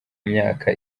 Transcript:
myaka